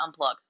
unplug